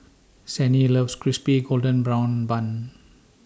Sannie loves Crispy Golden Brown Bun